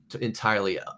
entirely